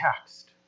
text